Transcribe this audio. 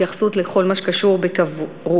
התייחסות לכל מה שקשור בתברואה,